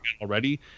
already